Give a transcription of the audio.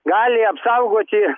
gali apsaugoti